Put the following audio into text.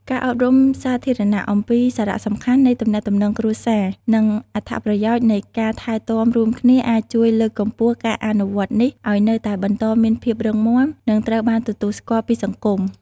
ការអប់រំសាធារណៈអំពីសារៈសំខាន់នៃទំនាក់ទំនងគ្រួសារ និងអត្ថប្រយោជន៍នៃការថែទាំរួមគ្នាអាចជួយលើកកម្ពស់ការអនុវត្តន៍នេះឱ្យនៅតែបន្តមានភាពរឹងមាំ និងត្រូវបានទទួលស្គាល់ពីសង្គម។